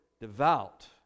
devout